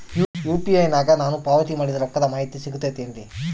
UPI ನಾಗ ನಾನು ಪಾವತಿ ಮಾಡಿದ ರೊಕ್ಕದ ಮಾಹಿತಿ ಸಿಗುತೈತೇನ್ರಿ?